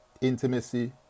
intimacy